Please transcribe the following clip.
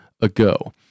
ago